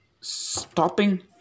stopping